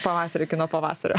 pavasarį kino pavasario